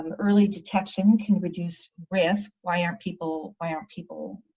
um early detection can reduce risk, why aren't people why aren't people